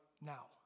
now